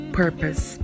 purpose